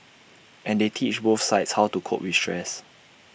and they teach both sides how to cope with stress